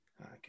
Okay